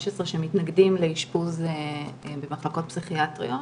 שמתנגדים לאשפוז במחלקות פסיכיאטריות